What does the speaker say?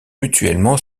mutuellement